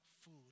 food